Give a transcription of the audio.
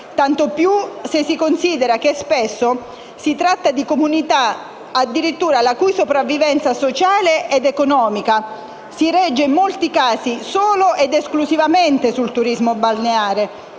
tanto più se si considera che spesso si tratta di comunità la cui sopravvivenza sociale ed economica si regge solo ed esclusivamente sul turismo balneare,